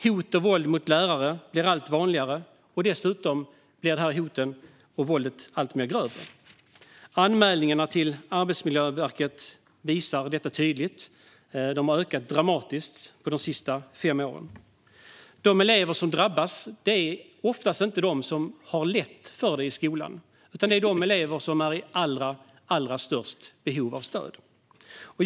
Hot och våld mot lärare blir allt vanligare och dessutom grövre. Anmälningarna till Arbetsmiljöverket visar detta tydligt. De har ökat dramatiskt de senaste fem åren. De elever som drabbas är oftast inte de som har lätt för sig i skolan, utan det är de elever som är i störst behov av stöd.